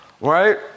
Right